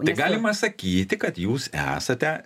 tai galima sakyti kad jūs esate